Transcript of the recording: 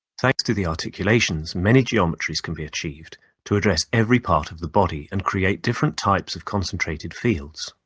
thanks to the articulations, many geometries can be achieved to address every part of the body and create different types of concentrated fields.